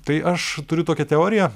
tai aš turiu tokią teoriją